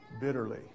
bitterly